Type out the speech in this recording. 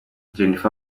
jennifer